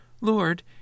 Lord